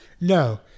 No